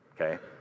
okay